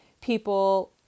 people